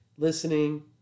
listening